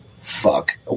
Fuck